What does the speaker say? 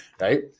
right